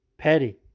petty